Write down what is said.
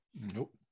Nope